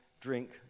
drink